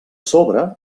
sobre